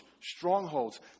strongholds